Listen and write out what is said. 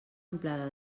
amplada